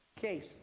Case